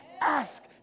Ask